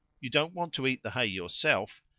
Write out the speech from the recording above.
you don't want to eat the hay yourself,